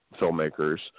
filmmakers